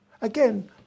Again